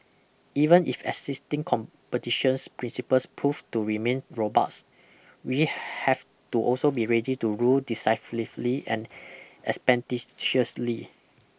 even if existing competitions principles prove to remain robust we have to also be ready to rule decisively and expeditiously